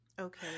Okay